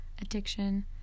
addiction